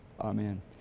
Amen